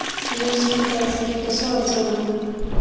मीया शेत तळ्यासाठी कसो अर्ज करू?